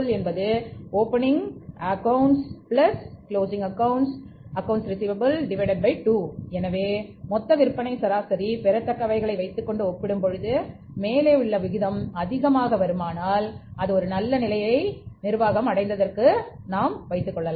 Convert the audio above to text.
எனவே மொத்த விற்பனை சராசரி பெறத்தக்கவைகள் வைத்துக்கொண்டு ஒப்பிடும் பொழுது மேலே உள்ள விகிதம் அதிகமாக வருமானால் அது ஒரு நல்ல நிலையை அடைந்ததாக நாம் வைத்துக் கொள்ளலாம்